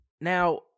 Now